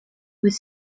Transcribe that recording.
was